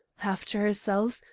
half to herself,